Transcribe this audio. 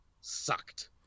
sucked